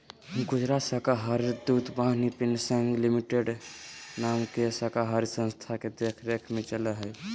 गुजरात सहकारी दुग्धविपणन संघ लिमिटेड नाम के सहकारी संस्था के देख रेख में चला हइ